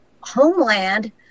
homeland